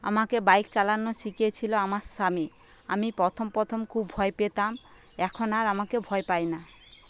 আমাকে বাইক চালানো শিখিয়েছিল আমার স্বামী আমি প্রথম প্রথম খুব ভয় পেতাম এখন আর আমাকে ভয় পাই না